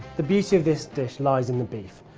the beauty of this dish lies in the beef.